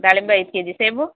ದಾಳಿಂಬೆ ಐದು ಕೆಜಿ ಸೇಬು